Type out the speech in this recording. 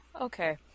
Okay